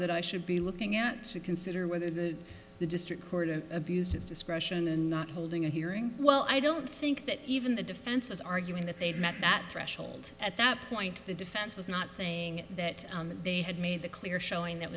that i should be looking at to consider whether the the district court of abused its discretion and not holding a hearing well i don't think that even the defense was arguing that they'd met that threshold at that point the defense was not saying that they had made that clear showing that